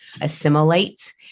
assimilate